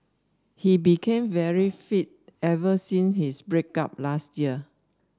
he became very fit ever since his break up last year